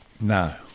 No